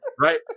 right